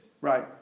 Right